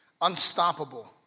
unstoppable